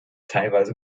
teilweise